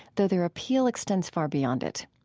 though their appeal extends far beyond it.